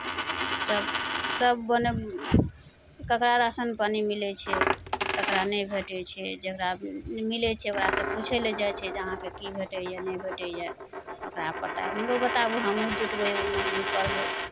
तऽ सभ मने ककरा राशन पानि मिलै छै ककरा नहइ भेटै छै जकरा मिलै छै ओकरासँ पूछै लए जाइ छै जे अहाँकेँ की भेटैए नहि भेटैए ओकरा पता हमरो बताबू हमहूँ जुटबै ओहिमे हमहूँ करबै